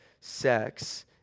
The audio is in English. sex